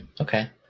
Okay